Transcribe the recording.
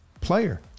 player